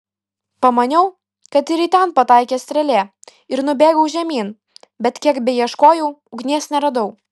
pamaniau kad ir į ten pataikė strėlė ir nubėgau žemyn bet kiek beieškojau ugnies neradau